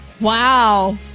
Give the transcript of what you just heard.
Wow